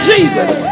Jesus